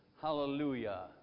Hallelujah